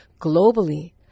globally